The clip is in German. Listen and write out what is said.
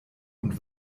und